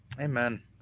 amen